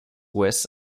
ouest